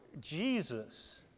Jesus